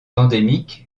endémique